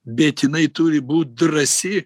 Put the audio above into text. bet jinai turi būt drąsi